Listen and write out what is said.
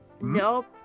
Nope